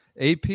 AP